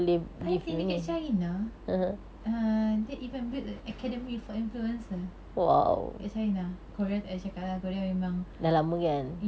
I think dekat china err they even built a academy for influencer kat china korea takyah cakap lah korea memang